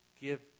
give